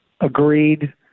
agreed